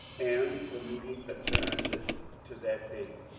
and the meeting adjourned to that date.